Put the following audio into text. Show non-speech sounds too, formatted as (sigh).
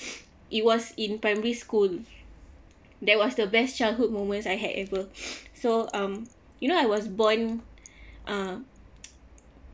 (breath) it was in primary school that was the best childhood moments I had ever (breath) so um you know I was born uh